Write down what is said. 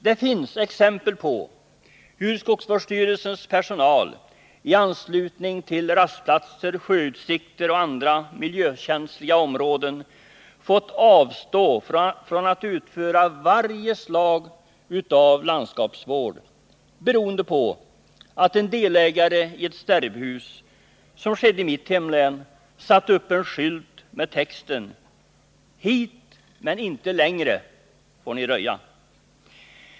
Det finns exempel på hur skogsvårdsstyrelsens personal i anslutning till rastplatser, sjöutsikter och andra miljökänsliga områden fått avstå från att utföra varje slag av landskapsvård, beroende på att en delägare i ett stärbhus — som skedde i mitt hemlän — satt upp en skylt med texten: Hit men inte längre får Ni röja.